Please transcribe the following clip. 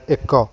ଏକ